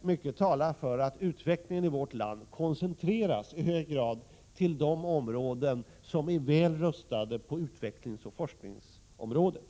mycket talar för att utvecklingen i vårt land i hög grad koncentreras till de områden som är väl rustade på utbildningsoch forskningsområdet.